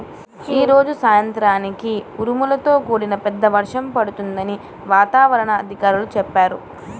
యీ రోజు సాయంత్రానికి ఉరుములతో కూడిన వర్షం పడుతుందని వాతావరణ అధికారులు చెప్పారు